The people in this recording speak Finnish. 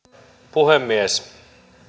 puhemies